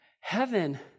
heaven